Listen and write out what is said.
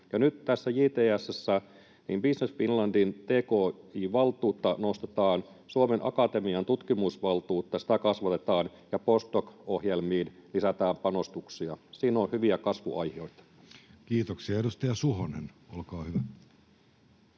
Nyt tässä JTS:ssä Business Finlandin tki-valtuutta nostetaan, Suomen Akatemian tutkimusvaltuutta kasvatetaan ja post doc ‑ohjelmiin lisätään panostuksia. Siinä on hyviä kasvuaihioita. Kiitoksia. — Edustaja Suhonen, olkaa hyvä.